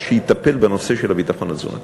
שיטפל בנושא הביטחון התזונתי.